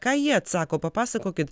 ką jie atsako papasakokit